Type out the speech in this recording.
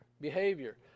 behavior